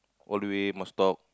all the way must talk